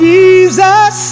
Jesus